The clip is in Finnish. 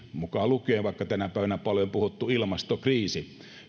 mukaan lukien vaikka tänä päivänä paljon puhuttu ilmastokriisi